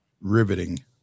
riveting